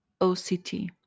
OCT